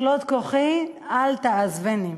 ככלות כוחי אל תעזבני.